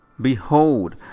Behold